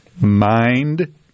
Mind